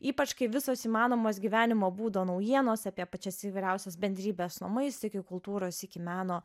ypač kai visos įmanomos gyvenimo būdo naujienos apie pačias įvairiausias bendrybės namais iki kultūros iki meno